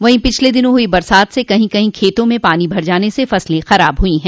वहीं पिछले दिनों हुई बरसात से कही कही खेतों में पानी भर जाने से फसले खराब हो गई है